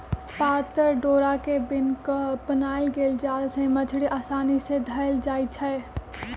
पातर डोरा से बिन क बनाएल गेल जाल से मछड़ी असानी से धएल जाइ छै